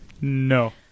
No